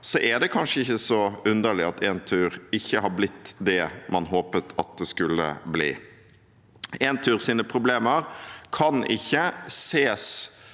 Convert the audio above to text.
er det kanskje ikke så underlig at Entur ikke er blitt det man håpet at det skulle bli. Enturs problemer kan ikke ses